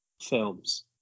films